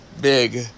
big